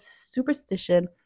superstition